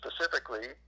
specifically